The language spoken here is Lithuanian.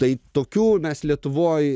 tai tokių mes lietuvoj